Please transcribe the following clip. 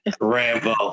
rambo